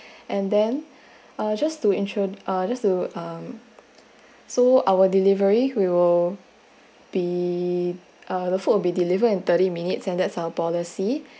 and then uh just to ensure or just to um so our delivery will be uh the food will be delivered in thirty minutes and that's our policy